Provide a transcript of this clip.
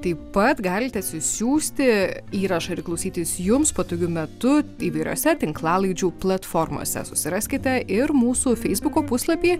taip pat galite atsisiųsti įrašą ir klausytis jums patogiu metu įvairiose tinklalaidžių platformose susiraskite ir mūsų feisbuko puslapy